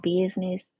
business